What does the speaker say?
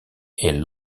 est